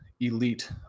elite